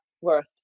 worth